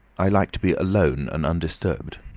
i like to be alone and undisturbed.